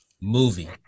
movie